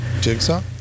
Jigsaw